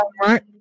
right